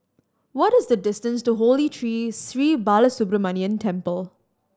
what is the distance to Holy Tree Sri Balasubramaniar Temple